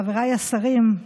חבריי השרים,